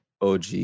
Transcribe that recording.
og